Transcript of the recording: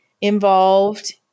involved